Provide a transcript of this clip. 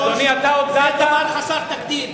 אדוני היושב-ראש,